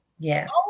yes